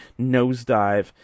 nosedive